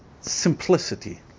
simplicity